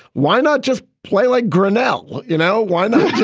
why not just play like grinnell? you know, why not